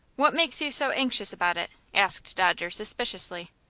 what makes you so anxious about it? asked dodger, suspiciously.